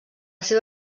seva